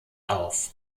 auf